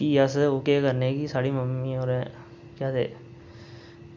ते भी अस केह् करने की साढ़ी मम्मी होरें केह् आखदे